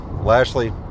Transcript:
Lashley